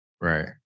Right